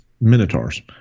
minotaurs